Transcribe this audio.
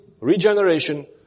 regeneration